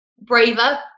braver